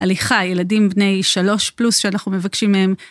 הליכה, ילדים בני שלוש פלוס שאנחנו מבקשים מהם.